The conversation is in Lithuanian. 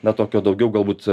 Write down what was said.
na tokio daugiau galbūt